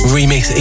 Remix